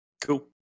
Cool